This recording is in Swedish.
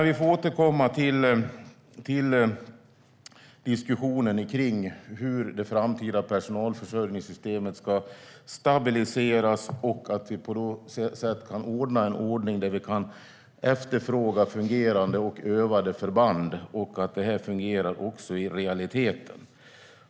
Vi får återkomma till diskussionen om hur det framtida personalförsörjningssystemet ska stabiliseras. Då får vi på något sätt ta fram en ordning där vi kan efterfråga fungerande och övade förband, så att detta fungerar i realiteten.